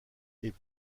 plus